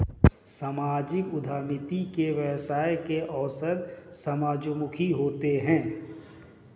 सामाजिक उद्यमिता में व्यवसाय के अवसर समाजोन्मुखी होते हैं